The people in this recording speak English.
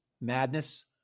Madness